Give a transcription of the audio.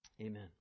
Amen